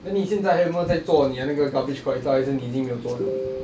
then 你现在还有没有在做你的那个 garbage collector 还是你已经没有做 liao